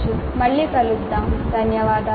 మేము మళ్ళీ కలుస్తాము ధన్యవాదాలు